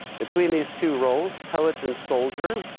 between these two roles, poet and soldier,